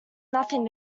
nothing